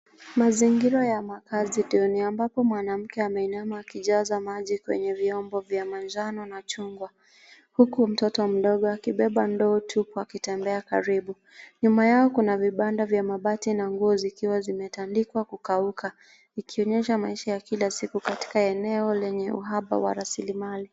Mazingira ya makazi duni ambapo mwanamke ameinama akijaza maji kwenye vyombo vya manjano na chungwa huku mtoto mdogo akibeba ndoo tupu akitembea karibu. Nyuma yao kuna vibanda vya mabati na nguo zikiwa zimetandikwa kukauka ikionyesha maisha ya kila siku katika eneo lenye uhaba wa rasilimali.